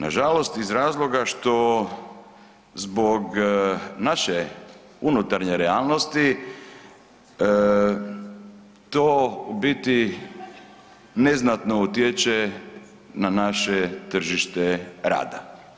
Nažalost iz razloga što zbog naše unutarnje realnosti to u biti neznatno utječe na naše tržište rada.